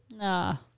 No